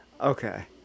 Okay